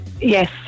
Yes